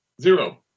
ZERO